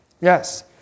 Yes